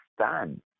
stand